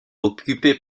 occupée